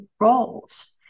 roles